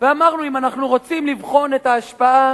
ואמרנו: אם אנחנו רוצים לבחון את ההשפעה